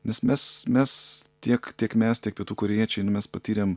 nes mes mes tiek tiek mes tiek pietų korėjiečiai nu mes patyrėm